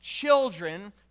children